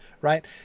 right